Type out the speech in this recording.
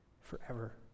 forever